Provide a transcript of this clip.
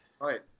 Right